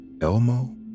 Elmo